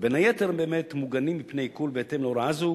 ובין היתר באמת מוגנים מפני עיקול בהתאם להוראה זו